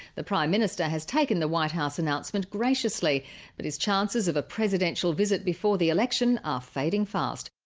the prime minister has taken the white house announcement graciously but his chances of a presidential visit before the election are fading fast.